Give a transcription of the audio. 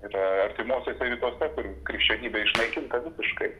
ir artimuosiuose rytuose kur krikščionybė išnaikinta visiškai